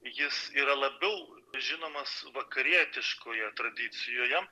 jis yra labiau žinomas vakarietiškoje tradicijoje